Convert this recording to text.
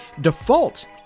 default